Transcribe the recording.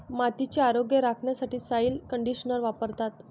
मातीचे आरोग्य राखण्यासाठी सॉइल कंडिशनर वापरतात